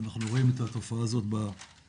אנחנו רואים את התופעה הזאת בצמתים.